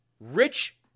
Rich